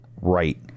right